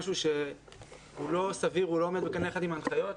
משהו שהוא לא סביר ולא עומד בקנה אחד עם ההנחיות,